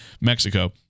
mexico